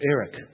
Eric